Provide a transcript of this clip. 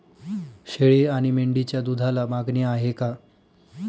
शेळी आणि मेंढीच्या दूधाला मागणी आहे का?